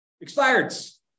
Expires